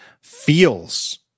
Feels